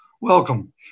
Welcome